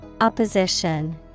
Opposition